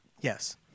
Yes